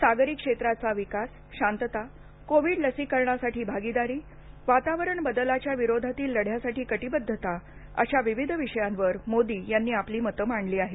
सागरी क्षेत्राचा विकास शांतता कोविड लसीकरणांसाठी भागीदारी वातावरण बदलाच्या विरोधातील लढ्यासाठी कटिबद्धता अश्या विविध विषयांवर मोदी यांनी आपली मतं मांडली आहेत